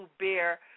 bear